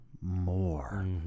more